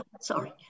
Sorry